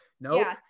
No